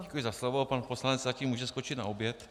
Děkuji za slovo, pan poslanec si zatím může skočit na oběd.